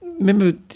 Remember